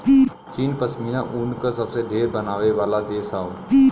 चीन पश्मीना ऊन क सबसे ढेर बनावे वाला देश हौ